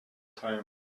time